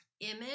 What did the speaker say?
image